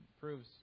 proves